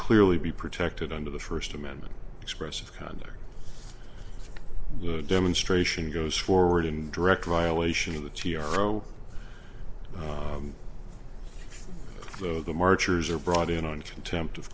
clearly be protected under the first amendment expressive conduct demonstration goes forward in direct violation of the t r o though the marchers are brought in on contempt of